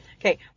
Okay